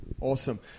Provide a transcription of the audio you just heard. Awesome